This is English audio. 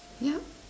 yep